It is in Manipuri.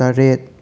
ꯇꯔꯦꯠ